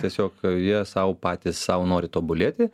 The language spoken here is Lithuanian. tiesiog jie sau patys sau nori tobulėti